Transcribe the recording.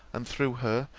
and, through her,